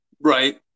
Right